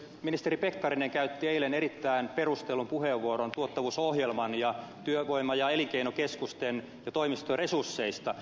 ministeri pekkarinen käytti eilen erittäin perustellun puheenvuoron tuottavuusohjelman ja työvoima ja elinkeinokeskusten ja toimistojen resursseista